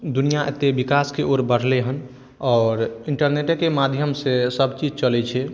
दुनिआ एतेक विकासके ओर बढ़ले हेँ आओर इन्टरनेटेके माध्यमसँ सब चीज चलै छै